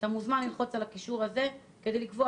אתה מוזמן ללחוץ על הקישור כדי לקבוע